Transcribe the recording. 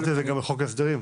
אמרתם את זה גם בחוק ההסדרים.